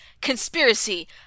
conspiracy